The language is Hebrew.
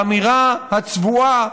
האמירה הצבועה,